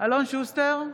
אלון שוסטר,